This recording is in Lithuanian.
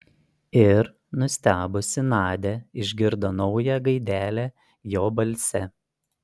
ir nustebusi nadia išgirdo naują gaidelę jo balse